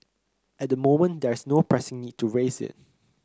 at the moment there's no pressing need to raise it